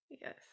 Yes